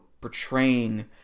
portraying